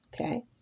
okay